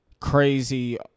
crazy